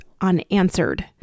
unanswered